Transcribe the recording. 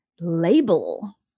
label